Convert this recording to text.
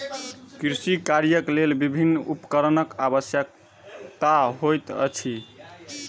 कृषि कार्यक लेल विभिन्न उपकरणक आवश्यकता होइत अछि